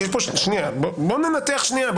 בוא ננתח שנייה,